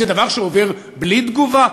זה דבר שעובר בלי תגובה,